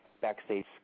backstage